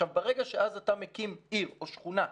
ברגע שאתה מקים עיר או שכונה,